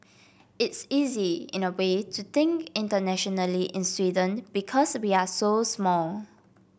it's easy in a way to think internationally in Sweden because we're so small